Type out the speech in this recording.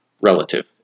relative